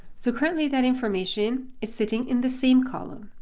so currently, that information is sitting in the same column.